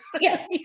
Yes